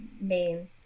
main